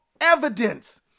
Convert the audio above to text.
evidence